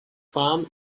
farm